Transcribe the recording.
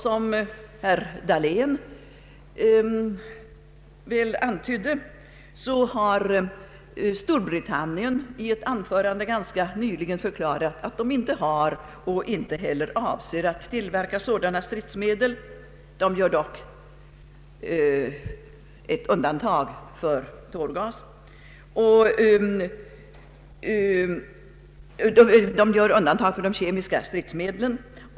Som herr Dahlén antydde, har Storbritannien nyligen förklarat sig inte heller ha för avsikt att tillverka biologiska stridsmedel. Undantag görs för de kemiska.